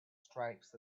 stripes